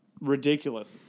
Ridiculous